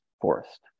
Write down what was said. forest